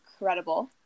incredible